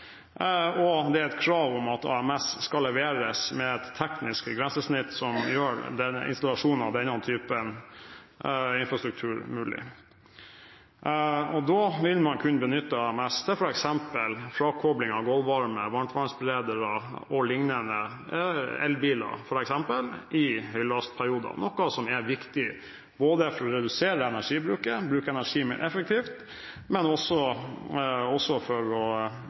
Og det er et krav om at AMS skal leveres med et teknisk grensesnitt som gjør denne installasjonen av denne typen infrastruktur mulig. Da vil man kunne benytte AMS f.eks. til frakobling av gulvvarme, varmtvannsberedere o.l., og elbiler i høylastperioder, noe som er viktig både for å redusere energibruken – bruke energi mer effektivt – men også for å